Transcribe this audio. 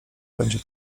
będzie